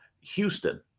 Houston